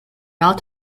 out